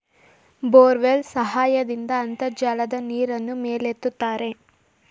borewell ಸಹಾಯದಿಂದ ಅಂತರ್ಜಲದ ನೀರನ್ನು ಮೇಲೆತ್ತುತ್ತಾರೆ